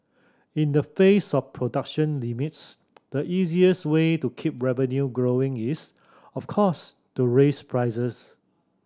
in the face of production limits the easiest way to keep revenue growing is of course to raise prices